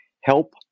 help